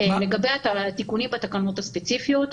לגבי התיקונים בתקנות הספציפיות,